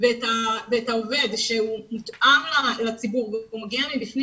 ואת העובד שהוא מותאם לציבור והוא מגיע מבפנים